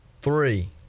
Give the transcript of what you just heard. three